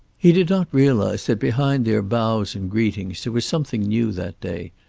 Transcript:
he did not realize that behind their bows and greetings there was something new that day,